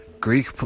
Greek